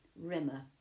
Rimmer